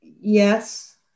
Yes